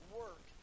work